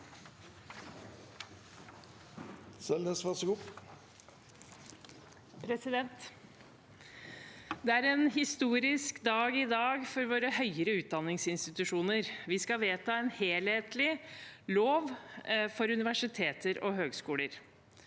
Det er en historisk dag i dag for våre høyere utdanningsinstitusjoner. Vi skal vedta en helhetlig lov for universite